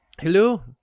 Hello